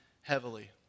heavily